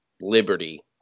Liberty